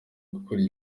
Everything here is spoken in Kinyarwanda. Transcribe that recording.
gukora